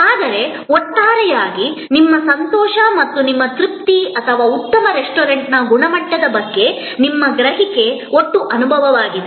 ಆದರೆ ಒಟ್ಟಾರೆಯಾಗಿ ನಿಮ್ಮ ಸಂತೋಷ ಅಥವಾ ನಿಮ್ಮ ತೃಪ್ತಿ ಅಥವಾ ಉತ್ತಮ ರೆಸ್ಟೋರೆಂಟ್ನ ಗುಣಮಟ್ಟದ ಬಗ್ಗೆ ನಿಮ್ಮ ಗ್ರಹಿಕೆ ಒಟ್ಟು ಅನುಭವವಾಗಿದೆ